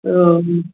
ओ ह्म्